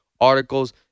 articles